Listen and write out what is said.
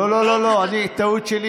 לא, טעות שלי.